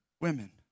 women